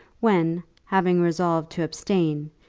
when having resolved to abstain,